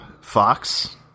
Fox